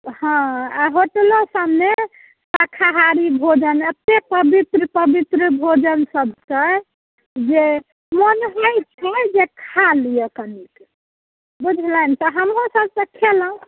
हँ आ होटलो सबमे शाकाहारी भोजन एतेक पवित्र पवित्र भोजन सब छै जे मन होइत छै जे खा लिअ कनिक बुझलनि तऽ हमहुँ सब तऽ खयलहुँ